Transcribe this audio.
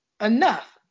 enough